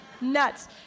Nuts